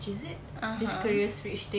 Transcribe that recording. (uh huh)